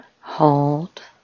hold